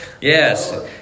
yes